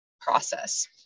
process